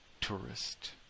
tourist